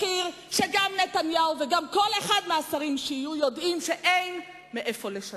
מחיר שגם נתניהו וגם כל אחד מהשרים יודעים שאין מאיפה לשלם.